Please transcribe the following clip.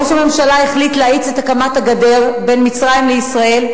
ראש הממשלה החליט להאיץ את הקמת הגדר בין מצרים לישראל,